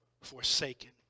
forsaken